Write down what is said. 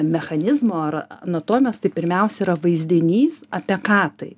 mechanizmo ar anatomijos tai pirmiausia yra vaizdinys apie ką tai